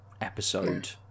episode